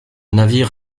navire